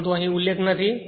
પરંતુ અહીં ઉલ્લેખ નથી